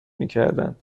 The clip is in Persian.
میکردند